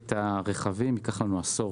את הרכבים ייקח לנו עשור-שניים.